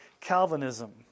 Calvinism